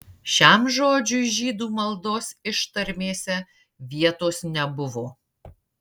šiam žodžiui žydų maldos ištarmėse vietos nebuvo